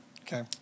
Okay